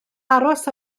aros